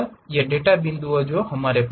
ये डेटा बिंदु हैं जो हमारे पास हैं